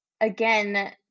again